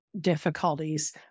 difficulties